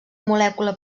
molècula